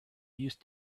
used